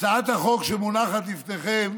הצעת החוק שמונחת לפניכם